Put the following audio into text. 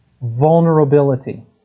vulnerability